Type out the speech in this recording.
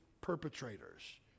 perpetrators